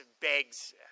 begs